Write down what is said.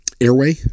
airway